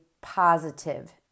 positive